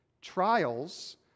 Trials